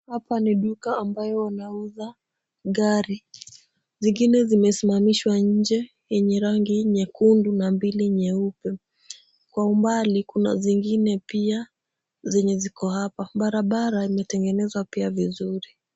Hapa ni duka ambayo wanauza gari. Zingine zimesimamishwa nje yenye rangi nyekundu na mbili nyeupe. Kwa umbali kuna zingine pia zenye ziko hapa. Barabara imetengenezwa pia vizuri.